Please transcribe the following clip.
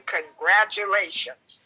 congratulations